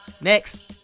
Next